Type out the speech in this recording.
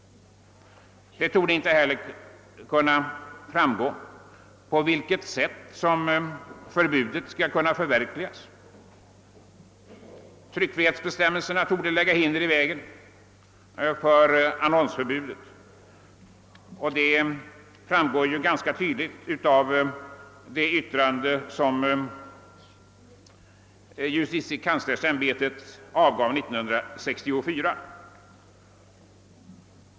Det är inte heller klart på vilket sätt förbudet skall kunna = förverkligas. Tryckfrihetsbestämmelserna torde lägga hinder i vägen för annonsförbudet; det framgår ganska tydligt av det yttrande som justitiekanslersämbetet avgav år 1964.